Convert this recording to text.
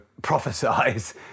prophesize